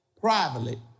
privately